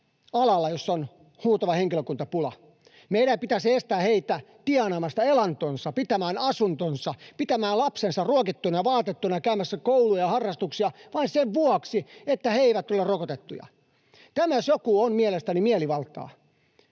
alalla, jossa on huutava henkilökuntapula. Meidän ei pitäisi estää heitä tienaamasta elantoansa, pitämästä asuntoansa, pitämästä lapsensa ruokittuina ja vaatetettuina ja käymässä koulussa ja harrastuksissa vain sen vuoksi, että he eivät ole rokotettuja. Tämä jos jokin on mielestäni mielivaltaa.